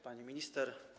Pani Minister!